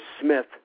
Smith